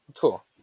cool